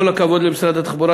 כל הכבוד למשרד התחבורה,